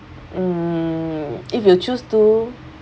mm if you choose to